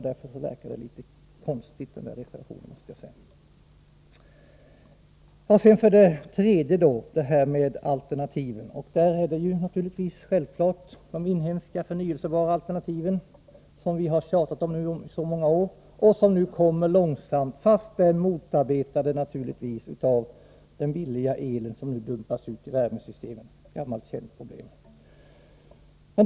Därför verkar denna reservation litet konstig. Det tredje alternativet är de inhemska förnybara bränslen som vi har tjatat om i så många år och som nu kommer långsamt, fastän naturligtvis motarbetade av den billiga el som dumpas ut i värmesystemen. Det är ett gammalt och känt problem.